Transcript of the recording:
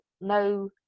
no